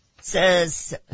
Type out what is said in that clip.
says